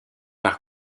par